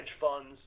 funds